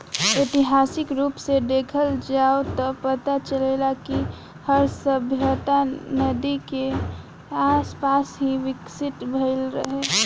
ऐतिहासिक रूप से देखल जाव त पता चलेला कि हर सभ्यता नदी के आसपास ही विकसित भईल रहे